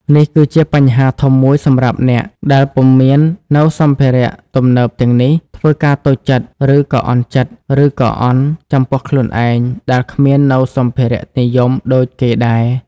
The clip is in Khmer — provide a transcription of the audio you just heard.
នេះគីជាបញ្ហាធំមួយសម្រាប់អ្នកដែលពុំមាននូវសម្ភារៈទំនើបទាំងនេះធ្វើការតូចចិត្តឬក៏អន់ចំពោះខ្លួនឯងដែលគ្មាននៅសម្ភារៈនិយមដូចគេដែរ។